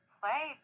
play